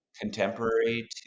contemporary